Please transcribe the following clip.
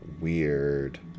Weird